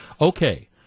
Okay